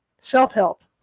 Self-Help